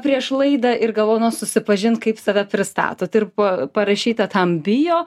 prieš laidą ir gavau na susipažint kaip save pristatot ir buvo parašyta tam bijo